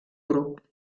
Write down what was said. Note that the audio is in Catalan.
grup